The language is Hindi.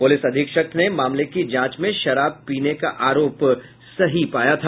पुलिस अधीक्षक ने मामले की जांच में शराब पीने के आरोप सही पाया था